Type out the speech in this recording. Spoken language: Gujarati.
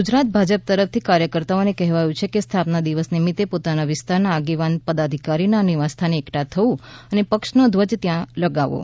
ગુજરાત ભાજપ તરફથી કાર્યકર્તાઓને કહેવાયું છે કે સ્થાપના દિવસ નિમિત્તે પોતાના વિસ્તારના આગેવાન પદાધિકારીના નિવાસ સ્થાને એકઠા થવું અને પક્ષ નો ધ્વજ ત્યાં લગાવવો